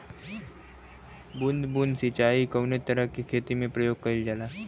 बूंद बूंद सिंचाई कवने तरह के खेती में प्रयोग कइलजाला?